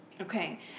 Okay